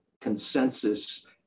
consensus